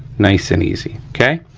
nice and easy, okay.